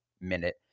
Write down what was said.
minute